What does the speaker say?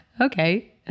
Okay